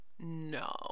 No